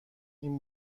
این